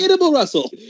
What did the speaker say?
Russell